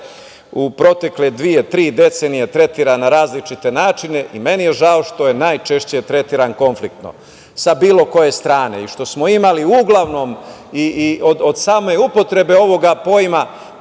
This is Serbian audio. u protekle dve, tri decenije tretiran na različite načine i meni je žao što je najčešće tretiran konfliktno, sa bilo koje strane i što smo imali uglavnom od same upotrebe ovog pojma